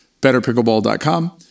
betterpickleball.com